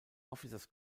officers